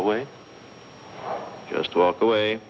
away just walk away